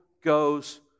goes